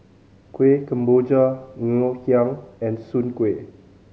Kueh Kemboja Ngoh Hiang and Soon Kueh